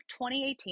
2018